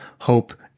hope